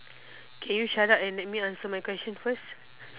can you shut up and let me answer my question first